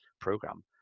program